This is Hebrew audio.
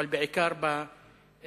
אבל בעיקר בוועדות.